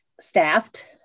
Staffed